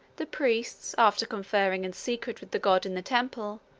the priests, after conferring in secret with the god in the temple,